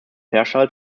fairchild